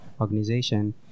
organization